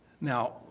Now